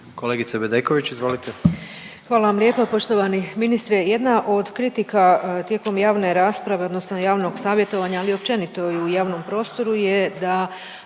izvolite. **Bedeković, Vesna (HDZ)** Hvala vam lijepa poštovani ministre. Jedna od kritika tijekom javne rasprave, odnosno javnog savjetovanja, ali općenito i u javnom prostoru je da